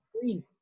Green